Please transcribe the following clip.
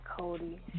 Cody